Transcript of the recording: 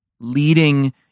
leading